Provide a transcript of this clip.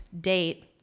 date